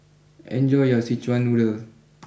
enjoy your Szechuan Noodle